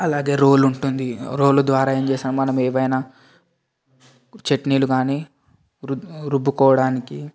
అలాగే రోలుంటుంది రోలు ద్వారా ఏం చేస్తాం మనం ఏవైనా చట్నీలు కానీ రుబ్బు రుబ్బుకోడానికి